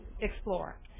explore